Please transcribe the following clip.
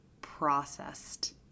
processed